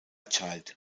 child